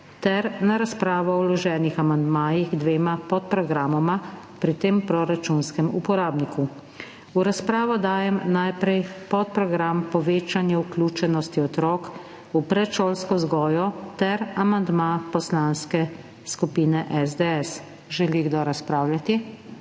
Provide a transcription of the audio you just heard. ter na razpravo o vloženih amandmajih k dvema podprogramoma pri tem proračunskem uporabniku. V razpravo dajem najprej podprogram Povečanje vključenosti otrok v predšolsko vzgojo ter amandma Poslanske skupine SDS. Želi kdo razpravljati?